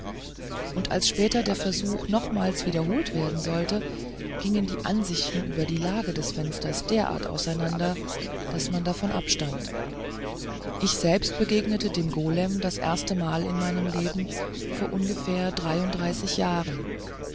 und als später der versuch nochmals wiederholt werden sollte gingen die ansichten über die lage des fensters derart auseinander daß man davon abstand ich selber begegnete dem golem das erste mal in meinem leben vor ungefähr dreiunddreißig jahren